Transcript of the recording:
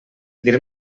dir